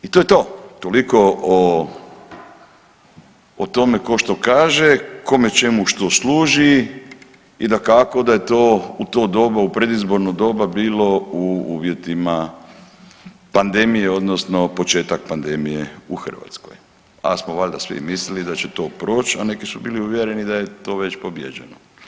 I to je to, toliko o, o tome ko što kaže, kome čemu što služi i dakako da je to u to doba, u predizborno doba bilo u uvjetima pandemije odnosno početak pandemije u Hrvatskoj, al smo valjda svi mislili da će to proć, a neki su bili uvjereni da je to već pobijeđeno.